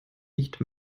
nicht